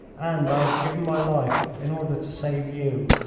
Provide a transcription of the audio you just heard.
and i have given my life in order to save you.